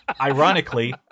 Ironically